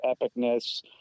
epicness